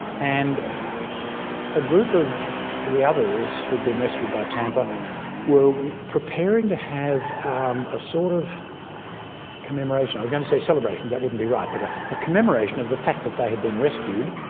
and a group of the others who'd been rescued by tampa were preparing to have um a sort of commemoration. i was going to say celebration, that wouldn't be right, but a ah commemoration of the fact that they had been rescued.